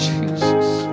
Jesus